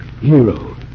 Hero